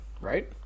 right